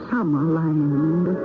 Summerland